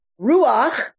Ruach